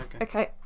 Okay